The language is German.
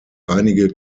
einige